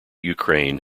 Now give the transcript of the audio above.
ukraine